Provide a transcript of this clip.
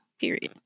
period